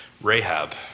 Rahab